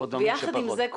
יחד עם זה,